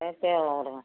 ஆ எவ்வளோ வரும்